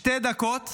שתי דקות